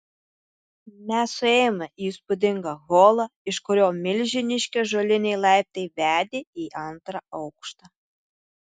mes suėjome į įspūdingą holą iš kurio milžiniški ąžuoliniai laiptai vedė į antrą aukštą